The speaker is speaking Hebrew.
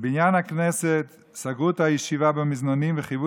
בבניין הכנסת סגרו את הישיבה במזנונים וחייבו